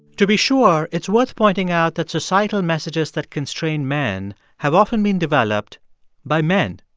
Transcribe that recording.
to be sure, it's worth pointing out that societal messages that constrain men have often been developed by men.